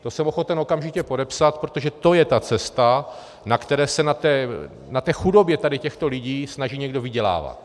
To jsem ochoten okamžitě podepsat, protože to je ta cesta, na které se na té chudobě těchto lidí snaží někdo vydělávat.